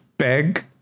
beg